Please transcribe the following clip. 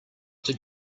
did